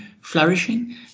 flourishing